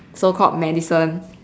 so called medicine